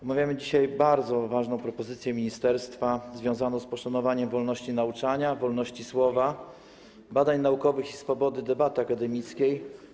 Omawiamy dzisiaj bardzo ważną propozycję ministerstwa związaną z poszanowaniem wolności nauczania, wolności słowa, badań naukowych i swobody debaty akademickiej.